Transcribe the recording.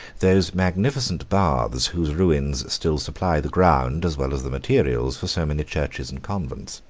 those magnificent baths, whose ruins still supply the ground as well as the materials for so many churches and convents.